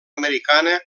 americana